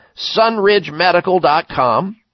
sunridgemedical.com